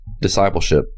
discipleship